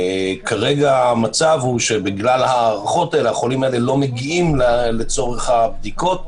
כרגע המצב הוא שבגלל ההארכות האלה החולים האלה לא מגיעים לצורך הבדיקות,